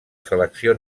selecció